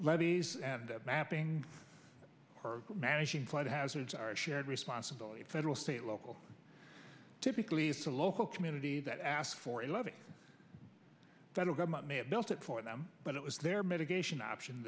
levees and mapping managing flood hazards are shared responsibility federal state local typically it's a local community that asks for a loving federal government may have built it for them but it was their mitigation option